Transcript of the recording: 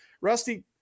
Rusty